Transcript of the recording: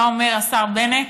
מה אומר השר בנט?